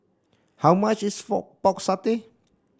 how much is fork Pork Satay